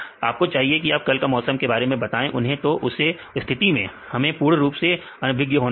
आपको चाहिए कि आप कल का मौसम के बारे में बताएं उन्हें तो इस स्थिति में हमें पूर्ण रूप से अनभिज्ञ होना होगा